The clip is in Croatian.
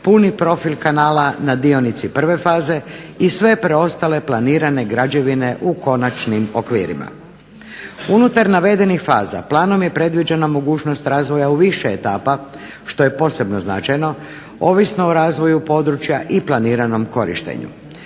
puni profil kanala na dionici prve faze i sve preostale planirane građevine u konačnim okvirima. Unutar navedenih faza planom je predviđena mogućnost razvoja u više etapa što je posebno značajno ovisno o razvoju područja i planiranom korištenju.